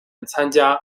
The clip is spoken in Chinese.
参加